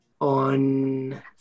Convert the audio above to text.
On